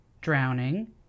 drowning